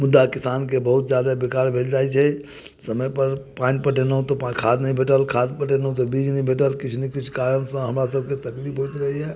मुदा किसानके बहुत जादा विकास भेल जाइत छै समयपर पानि पटेलहुँ तऽ पा खाद नहि भेटल खाद पटेलहुँ तऽ बीज नहि भेटल किछु ने किछु कारणसँ हमरासबके तकलीफ होइत रहैया